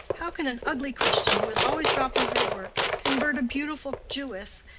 how can an ugly christian, who is always dropping her work, convert a beautiful jewess,